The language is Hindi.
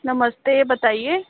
नमस्ते बताईये